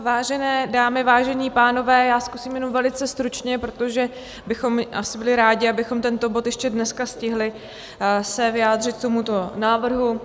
Vážené dámy, vážení pánové, já zkusím jenom velice stručně, protože bychom asi byli rádi, abychom tento bod ještě dneska stihli, se vyjádřit k tomuto návrhu.